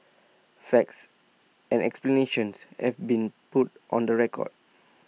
facts and explanations have been put on the record